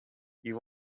you